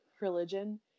religion